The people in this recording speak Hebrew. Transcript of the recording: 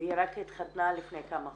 והיא רק התחתנה לפני כמה חודשים.